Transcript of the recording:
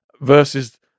Versus